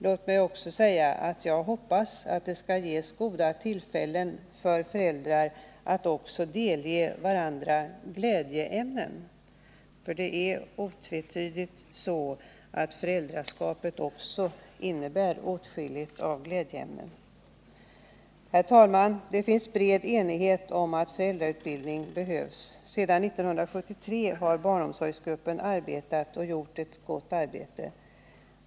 Låt mig också säga att jag hoppas att det skall ges goda tillfällen för föräldrarna att delge varandra glädjeämnen — för det är otvetydigt så att föräldraskapet också innebär åtskilligt av glädjeämnen. Herr talman! Det finns en bred enighet om att föräldrautbildningen behövs. Sedan 1973 har barnomsorgsgruppen arbetat och gjort ett gott arbete.